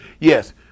Yes